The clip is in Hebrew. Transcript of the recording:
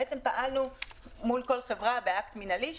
בעצם פעלנו מול כל חברה באקט מנהלי,